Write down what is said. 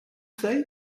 say